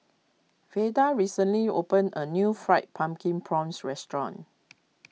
Veda recently opened a new Fried Pumpkin Prawns restaurant